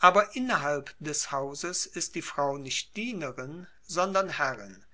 aber innerhalb des hauses ist die frau nicht dienerin sondern herrin